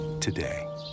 today